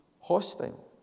hostile